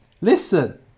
listen